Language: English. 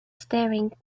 staring